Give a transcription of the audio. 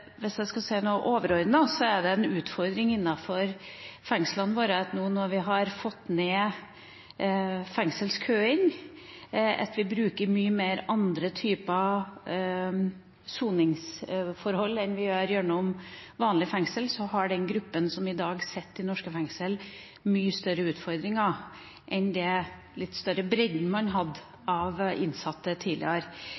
hvis jeg skal si noe overordnet, en utfordring i fengslene våre nå når vi har fått ned fengselskøene, at vi bruker mye mer av andre typer soningsforhold enn det vi gjør gjennom vanlige fengsel. Den gruppen som i dag sitter i norske fengsler, har mye større utfordringer enn det den litt større bredden av innsatte hadde